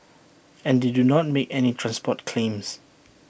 and they do not make any transport claims